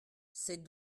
c’est